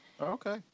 Okay